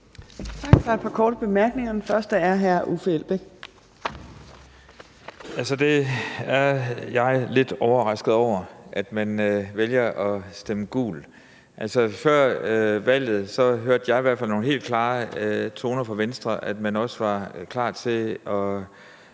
Jeg er lidt overrasket over, at man vælger at stemme gult. Før valget hørte jeg i hvert fald nogle helt klare meldinger fra Venstre om, at man også var klar til at